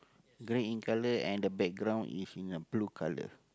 grey in colour and the background is in a blue colour